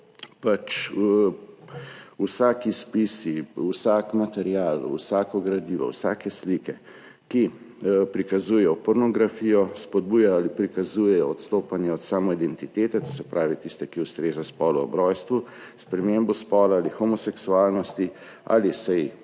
pač vsak izpis, vsak material, vsako gradivo, vsake slike, ki prikazujejo pornografijo, spodbujajo ali prikazujejo odstopanje od samoidentitete, to se pravi tiste, ki ustreza spolu ob rojstvu, spremembo spola ali homoseksualnosti, ali se